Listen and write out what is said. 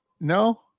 No